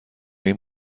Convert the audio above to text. این